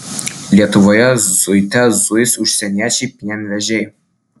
lietuvoje zuite zuis užsieniečiai pienvežiai